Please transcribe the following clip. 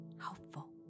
helpful